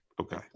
Okay